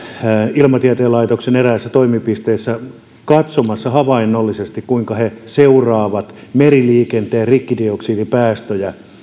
ilmatieteen laitoksen eräissä toimipisteissä katsomassa havainnollisesti kuinka he seuraavat meriliikenteen rikkidioksidipäästöjä